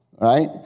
right